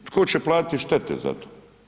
Tko će platiti štete za to?